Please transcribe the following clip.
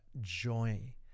joy